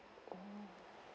mmhmm